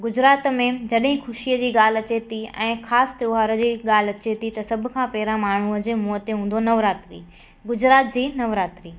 गुजरात में जॾहिं ख़ुशीअ जी ॻाल्हि अचे थी ऐं ख़ासि त्योहार जी ॻाल्हि अचे थी त सभु खां पहिरियां माण्हूअ जे मूंहं ते हूंदो नवरात्री गुजरात जी नवरात्री